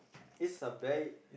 it's a bait